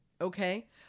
Okay